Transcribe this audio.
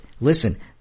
listen